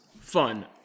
fun